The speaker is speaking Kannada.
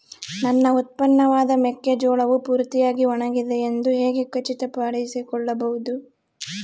ನನ್ನ ಉತ್ಪನ್ನವಾದ ಮೆಕ್ಕೆಜೋಳವು ಪೂರ್ತಿಯಾಗಿ ಒಣಗಿದೆ ಎಂದು ಹೇಗೆ ಖಚಿತಪಡಿಸಿಕೊಳ್ಳಬಹುದು?